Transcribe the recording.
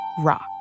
rock